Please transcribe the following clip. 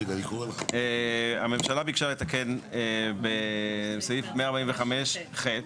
הממשלה ביקשה לתקן בסעיף 145(ח)